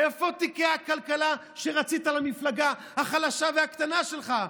איפה תיקי הכלכלה שרצית למפלגה החלשה והקטנה שלך?